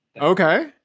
okay